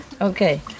Okay